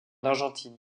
argentine